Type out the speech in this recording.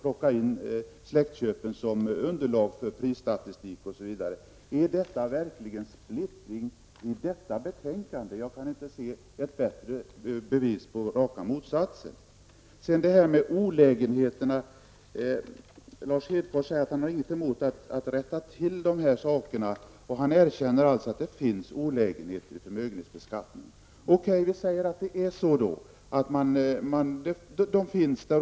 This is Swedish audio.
De tas in som underlag för prisstatistik osv. Kan man verkligen tala om splittring mellan de borgerliga partierna i dessa fall? Själv kan jag inte se ett bättre bevis på raka motsatsen. Lars Hedfors säger att han inte har något emot att de olägenheter i förmögenhetsbeskattningen som finns rättas till. Han erkänner alltså att det finns sådana.